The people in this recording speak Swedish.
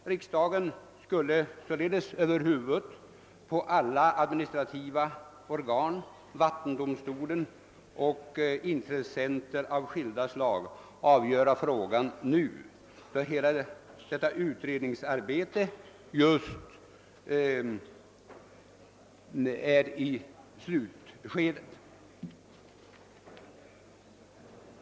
Riksdagen skulle således över huvudet på alla administrativa organ, vattendomstolen och intressenter av skilda slag, avgöra frågan nu, då hela detta utredningsarbete just är i slutskedet.